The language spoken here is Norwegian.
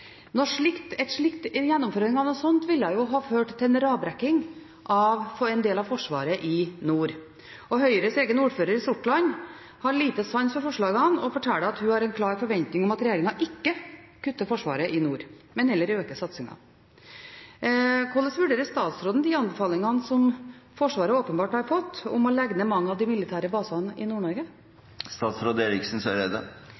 gjennomføring av noe slikt ville jo ha ført til en radbrekking av en del av Forsvaret i nord. Høyres egen ordfører i Sortland har lite sans for forslagene og forteller at hun har en klar forventning om at regjeringen ikke kutter i Forsvaret i nord, men heller øker satsingen. Hvordan vurderer statsråden de anbefalingene som Forsvaret åpenbart har fått om å legge ned mange av de militære basene i